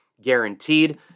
guaranteed